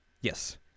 yes